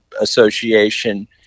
association